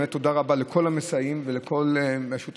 באמת תודה רבה לכל המסייעים ולכל השותפים.